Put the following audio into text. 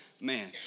man